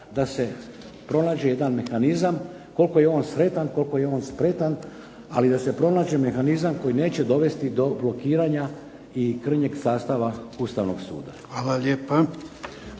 da se pronađe jedan mehanizam koliko je on sretan koliko je on spretan, ali da se pronađe mehanizam koji neće dovesti do blokiranja i krnjeg sastava Ustavnog suda. **Jarnjak,